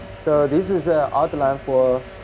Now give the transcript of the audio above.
so this is ah outline for